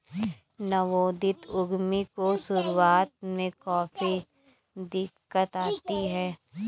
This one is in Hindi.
नवोदित उद्यमी को शुरुआत में काफी दिक्कत आती है